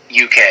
UK